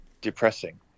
depressing